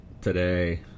today